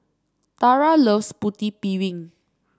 Tarah loves Putu Piring